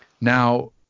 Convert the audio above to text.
Now